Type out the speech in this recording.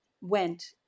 went